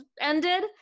ended